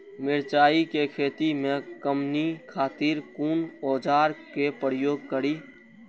मिरचाई के खेती में कमनी खातिर कुन औजार के प्रयोग करी?